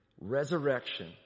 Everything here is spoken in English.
resurrection